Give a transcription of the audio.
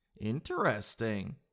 Interesting